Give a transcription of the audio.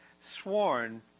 sworn